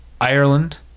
Ireland